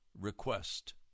request